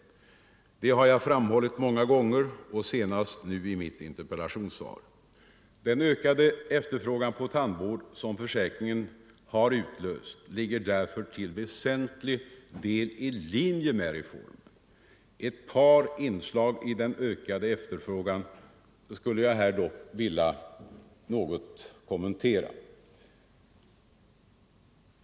Det har jag framhållit många gånger, senast nu i mitt interpellationssvar. Den ökade efterfrågan på tandvård som försäkringen har utlöst ligger därför till väsentlig del i linje med reformen. Ett par inslag i den ökade efterfrågan skulle jag dock vilja kommentera något.